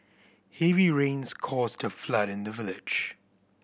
heavy rains caused a flood in the village